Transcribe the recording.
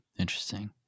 Interesting